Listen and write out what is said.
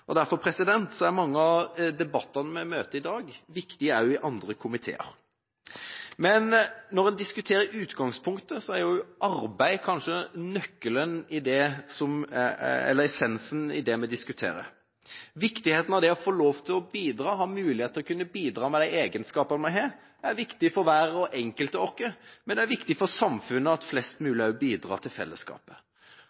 og derfor er mange av debattene vi møter i dag, viktige også i andre komiteer. Men når en diskuterer utgangspunktet, er arbeid kanskje nøkkelen, eller essensen. Å få lov til å bidra, ha mulighet til å bidra med de egenskaper vi har, er viktig for hver enkelt av oss, men det er viktig også for samfunnet at flest